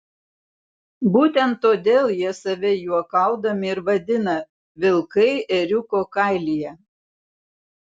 būtent todėl jie save juokaudami ir vadina vilkai ėriuko kailyje